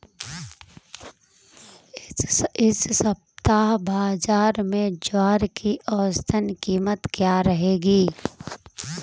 इस सप्ताह बाज़ार में ज्वार की औसतन कीमत क्या रहेगी?